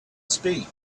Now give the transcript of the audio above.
speak